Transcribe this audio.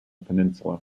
peninsula